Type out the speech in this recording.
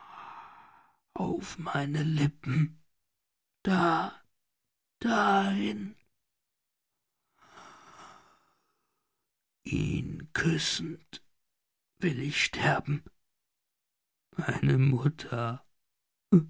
auf meine lippen da dahin ihn küssend will ich sterben meine mutter